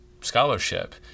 scholarship